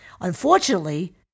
Unfortunately